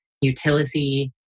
utility